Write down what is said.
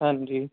ਹਾਂਜੀ